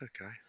Okay